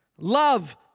Love